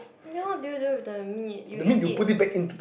then what do you do with the meat you eat it